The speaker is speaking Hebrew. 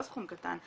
לא סכום קטן,